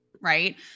right